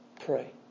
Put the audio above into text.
pray